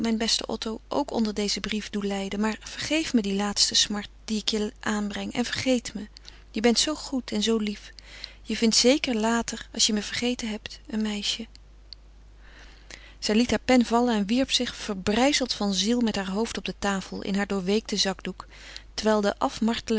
beste otto ook onder dezen brief doe lijden maar vergeef me die laatste smart die ik je aanbreng en vergeet me je bent zoo goed en zoo lief je vindt zeker later als je me vergeten hebt een meisje zij liet haar pen vallen en wierp zich verbrijzeld van ziel met haar hoofd op de tafel in haar doorweekten zakdoek terwijl de